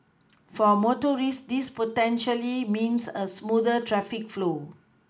for motorists this potentially means a smoother traffic flow